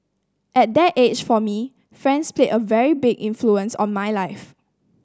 at that age for me friends played a very big influence on my life